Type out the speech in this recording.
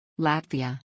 Latvia